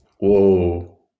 Whoa